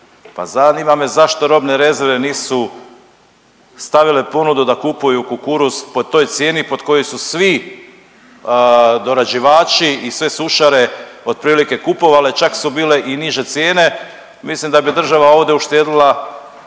pa zanima me zašto robne rezerve nisu stavile ponudu da kupuju kukuruz po toj cijeni pod kojom su svi dorađivači i sve sušare otprilike kupovale, čak su bile i niže cijene, mislim da bi država ovdje uštedjela